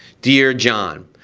dear john,